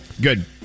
Good